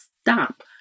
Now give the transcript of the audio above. stop